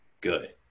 good